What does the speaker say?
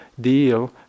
deal